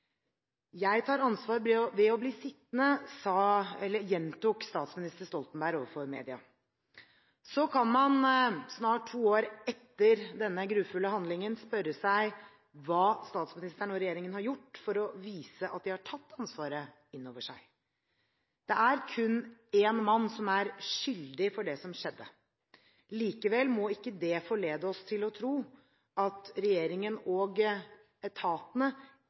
tar ansvar ved å bli sittende», gjentok statsminister Stoltenberg overfor media. Så kan man, snart to år etter denne grufulle handlingen, spørre seg hva statsministeren og regjeringen har gjort for å vise at de har tatt ansvaret inn over seg. Det er kun én mann som er skyldig i det som skjedde. Likevel må ikke det forlede oss til å tro at regjeringen og etatene